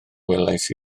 welais